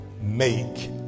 make